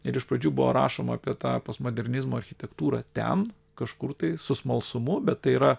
ir iš pradžių buvo rašoma apie tą postmodernizmo architektūrą ten kažkur tai su smalsumu bet tai yra